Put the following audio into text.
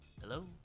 Hello